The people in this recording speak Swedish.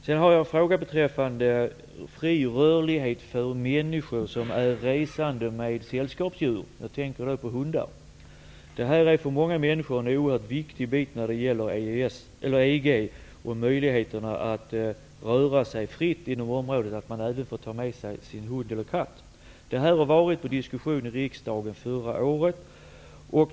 Jag har också en fråga vad beträffar fri rörlighet för människor som reser med sällskapsdjur -- jag tänker på hundar. Möjligheten att ta med sig sin hund eller katt när man rör sig fritt inom EG:s område är oerhört viktig för många människor. Frågan diskuterades i riksdagen förra året.